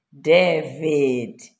David